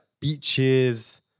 beaches